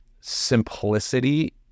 Simplicity